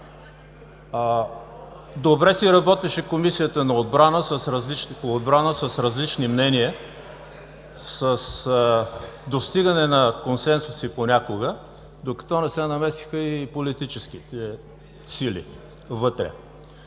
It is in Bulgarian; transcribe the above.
Добре си работеше Комисията по отбрана с различни мнения, с достигане на консенсуси понякога, докато не се намесиха и политическите сили вътре.